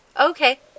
Okay